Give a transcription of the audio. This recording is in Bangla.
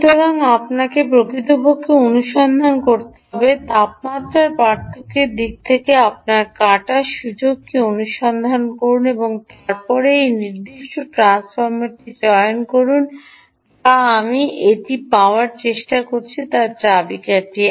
সুতরাং আপনাকে প্রকৃতপক্ষে অনুসন্ধান করতে হবে তাপমাত্রার পার্থক্যের দিক থেকে আপনার কাটার সুযোগ কী অনুসন্ধান করুন যে তারপরে এই নির্দিষ্ট ট্রান্সফর্মারটি চয়ন করুন যা আমি এটি পাওয়ার চেষ্টা করছি তার চাবিকাঠি